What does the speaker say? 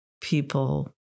people